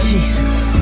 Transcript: Jesus